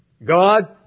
God